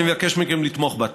ואני מבקש מכם לתמוך בה.